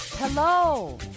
Hello